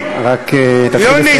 רק תתחיל לסיים,